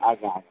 ଆଜ୍ଞା ଆଜ୍ଞା